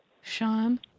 Sean